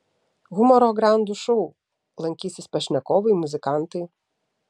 humoro grandų šou lankysis pašnekovai muzikantai